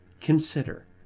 Consider